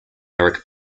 eric